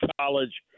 college